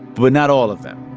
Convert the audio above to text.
but not all of them.